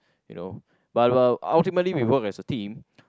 you know but but ultimately we work as a team